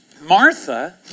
Martha